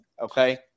okay